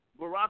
Barack